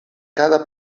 cada